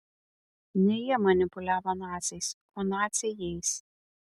ne jie manipuliavo naciais o naciai jais